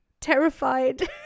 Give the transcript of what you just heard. terrified